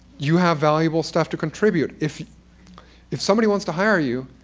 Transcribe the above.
you have valuable stuff to contribute. if if somebody wants to hire you,